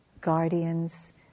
guardians